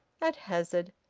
at hazard,